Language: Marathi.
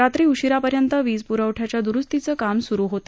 रात्री उशिरापर्यंत वीज पुरवठ्याच्या द्रूस्तीचे काम चालू होते